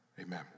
Amen